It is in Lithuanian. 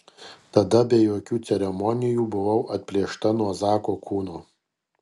tada be jokių ceremonijų buvau atplėšta nuo zako kūno